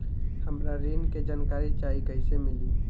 हमरा ऋण के जानकारी चाही कइसे मिली?